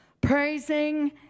Praising